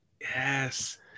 Yes